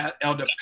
Elder